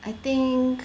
I think